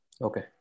Okay